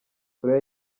korea